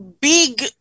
big